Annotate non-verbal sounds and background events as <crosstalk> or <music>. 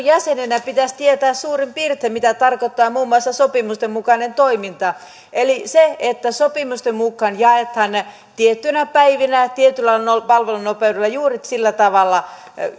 <unintelligible> jäseninä pitäisi tietää suurin piirtein mitä tarkoittaa muun muassa sopimusten mukainen toiminta eli sopimusten mukaan jaetaan tuotteet tiettyinä päivinä tietyllä palvelunopeudella juuri sillä tavalla